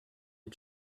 you